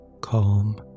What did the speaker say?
Calm